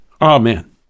Amen